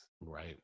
Right